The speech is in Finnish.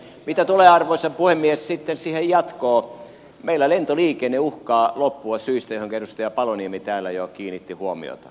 mitä sitten tulee arvoisa puhemies siihen jatkoon meillä lentoliikenne uhkaa loppua syystä johonka edustaja paloniemi täällä jo kiinnitti huomiota